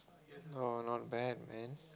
oh not bad man